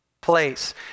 place